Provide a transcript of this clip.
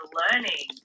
learning